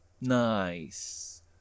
nice